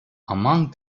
among